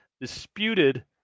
disputed